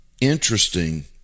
interesting